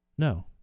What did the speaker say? No